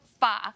far